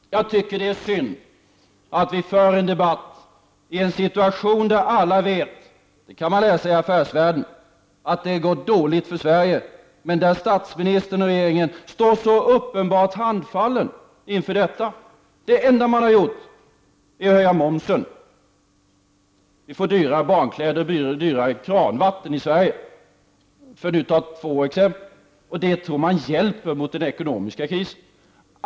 Jag tycker att det är synd att vi för denna debatt i en situation där alla vet — det kan man läsa i Affärsvärlden — att det går dåligt för Sverige, men där statsministern och regeringen står så uppenbart handfallna inför detta. Det enda man gjort är att höja momsen. Vi får därigenom dyrare barnkläder och dyrare kranvatten i Sverige, för att nu ta två exempel. Man tror att detta skall hjälpa mot den ekonomiska krisen.